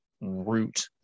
root